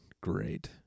great